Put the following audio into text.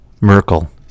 merkel